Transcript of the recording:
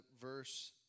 verse